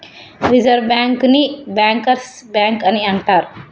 reserve బ్యాంకుని bankers bank అని అంటరు